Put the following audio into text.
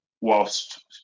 whilst